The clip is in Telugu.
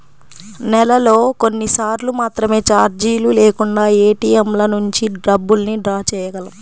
నెలలో కొన్నిసార్లు మాత్రమే చార్జీలు లేకుండా ఏటీఎంల నుంచి డబ్బుల్ని డ్రా చేయగలం